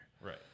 Right